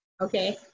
Okay